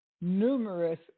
numerous